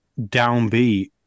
downbeat